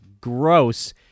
gross